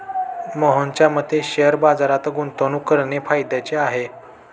मोहनच्या मते शेअर बाजारात गुंतवणूक करणे फायद्याचे आहे